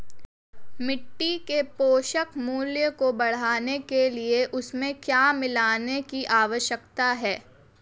मिट्टी के पोषक मूल्य को बढ़ाने के लिए उसमें क्या मिलाने की आवश्यकता है?